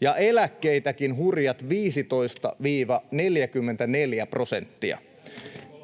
ja eläkkeitäkin hurjat 15—44 prosenttia.